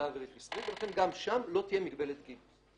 אווירית מסחרית" ולכן גם שם לא תהיה מגבלת גיל.